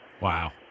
Wow